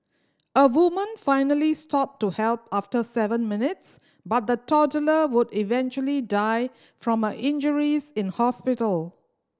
a woman finally stopped to help after seven minutes but the toddler would eventually die from her injuries in hospital